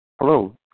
Hello